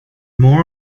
more